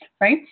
right